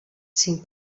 cinc